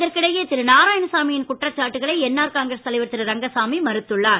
இதற்கிடையே திரு நாராயணசாமியின் குற்றச்சாட்டுக்களை என்ஆர் காங்கிரஸ் தலைவர் திரு ரங்கசாமி மறுத்துள்ளார்